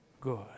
good